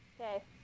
Okay